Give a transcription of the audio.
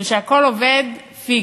ושהכול עובד פיקס,